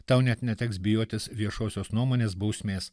tau net neteks bijotis viešosios nuomonės bausmės